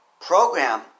program